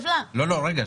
לא, רגע.